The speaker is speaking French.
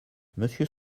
monsieur